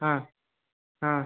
ಹಾಂ ಹಾಂ